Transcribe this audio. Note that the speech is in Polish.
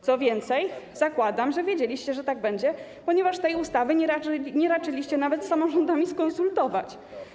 Co więcej, zakładam, że wiedzieliście, że tak będzie, ponieważ tej ustawy nie raczyliście nawet z samorządami skonsultować.